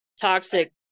toxic